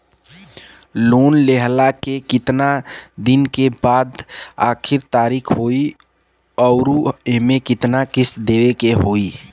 Loan लेहला के कितना दिन के बाद आखिर तारीख होई अउर एमे कितना किस्त देवे के होई?